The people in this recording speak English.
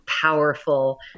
powerful